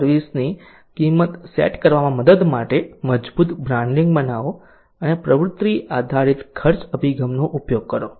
service ની કીમત set કરવામાં મદદ માટે મજબૂત બ્રાંડિંગ બનાવો અને પ્રવૃત્તિ આધારિત ખર્ચ અભિગમનો ઉપયોગ કરો